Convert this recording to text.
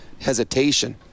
hesitation